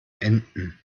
enten